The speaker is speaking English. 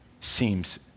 seems